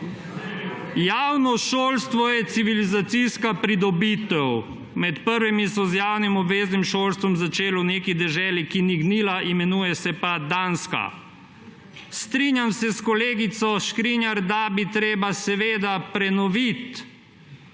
Javno šolstvo je civilizacijska pridobitev. Med prvimi so z javnim obveznim šolstvom začeli v neki deželi, ki ni gnila, imenuje se pa Danska. Strinjam se s kolegico Škrinjar, da bi bilo treba seveda prenoviti